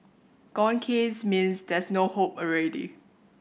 gone case means there's no more hope already